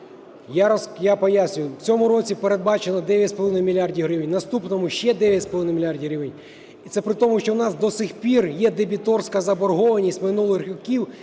Я пояснюю. В цьому році передбачено 9,5 мільярда гривень, в наступному – ще 9,5 мільярда гривень. І це при тому, що у нас до сих пір є дебіторська заборгованість минулих років